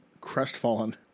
crestfallen